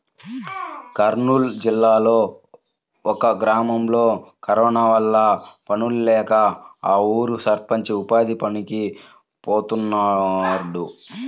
కర్నూలు జిల్లాలో ఒక గ్రామంలో కరోనా వల్ల పనుల్లేక ఆ ఊరి సర్పంచ్ ఉపాధి పనులకి పోతున్నాడు